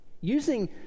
Using